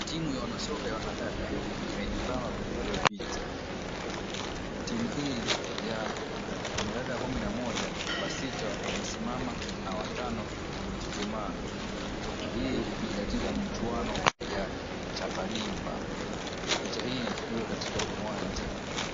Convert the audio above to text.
Timu ya wanasoka ya wanadada imejipanga kupigwa picha. Timu hii ya wanadada kumi na moja, wasita wamesimama na watano wamechuchumaa. Hii ni katika mchuano ya chapa dimba. Picha hii inachukuliwa katika uwanja.